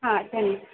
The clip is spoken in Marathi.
हां धन्य